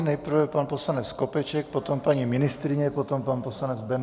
Nejprve pan poslanec Skopeček, potom paní ministryně, potom pan poslanec Benda.